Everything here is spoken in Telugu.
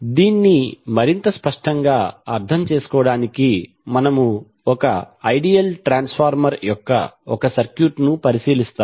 దీన్ని మరింత స్పష్టంగా అర్థం చేసుకోవడానికి మనము ఒక ఐడియల్ ట్రాన్స్ఫార్మర్ యొక్క ఒక సర్క్యూట్ ను పరిశీలిస్తాము